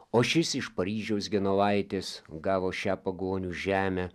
o šis iš paryžiaus genovaitės gavo šią pagonių žemę